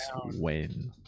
win